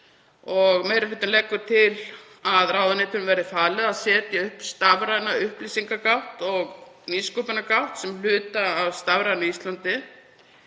Meiri hlutinn leggur til að ráðuneytinu verði falið að setja upp stafræna upplýsingagátt og nýsköpunargátt sem hluta af stafrænu Íslandi.